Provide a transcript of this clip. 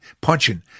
punching